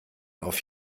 auf